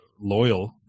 loyal